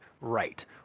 right